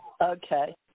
Okay